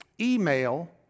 email